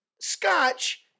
Scotch